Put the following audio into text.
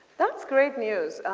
that's good news.